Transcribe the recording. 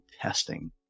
testing